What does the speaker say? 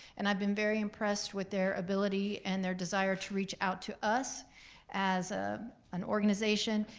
and i've been very impressed with their ability and their desire to reach out to us as ah an organization,